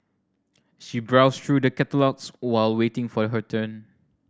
she browsed through the catalogues while waiting for her turn